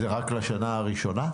זה רק לשנה הראשונה?